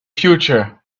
future